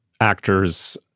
actors